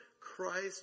Christ